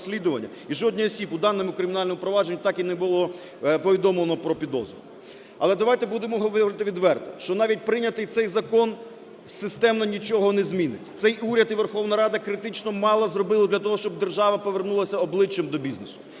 і жодній особі у даному кримінальному провадженню так і не було повідомлено про підозру. Але давайте будемо говорити відверто, що навіть прийнятий цей закон системно нічого не змінить. Цей уряд і Верховна Рада критично мало зробила для того, щоб держава повернулася обличчя до бізнесу.